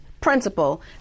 principle